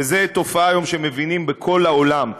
זאת תופעה שמבינים היום בכל העולם.